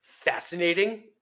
fascinating